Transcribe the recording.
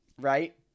right